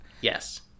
Yes